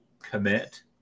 commit